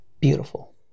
beautiful